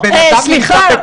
סליחה.